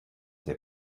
the